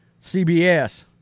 CBS